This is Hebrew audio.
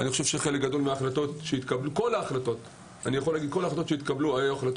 אני חושב שכל ההחלטות שהתקבלו היו החלטות